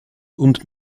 und